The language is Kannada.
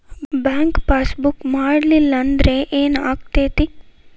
ಬ್ಯಾಂಕ್ ಪಾಸ್ ಬುಕ್ ಮಾಡಲಿಲ್ಲ ಅಂದ್ರೆ ಏನ್ ಆಗ್ತೈತಿ?